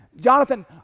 Jonathan